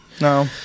No